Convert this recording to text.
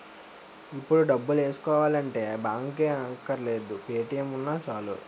ఇప్పుడు డబ్బులేసుకోవాలంటే బాంకే అక్కర్లేదు పే.టి.ఎం ఉన్నా చాలు